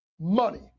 money